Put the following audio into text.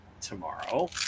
tomorrow